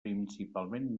principalment